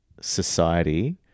society